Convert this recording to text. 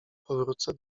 powrócę